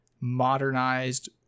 modernized